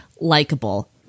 likable